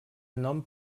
nom